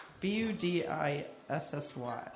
B-U-D-I-S-S-Y